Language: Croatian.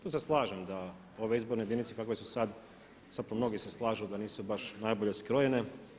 Tu se slažem da ove izborne jedinice kakve su sad, sad tu mnogi se slažu da nisu baš najbolje skrojene.